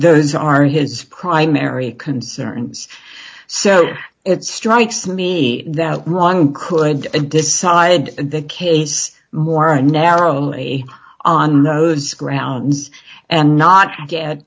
those are his primary concerns so it strikes me that wrong could decide the case more narrowly on those grounds and not get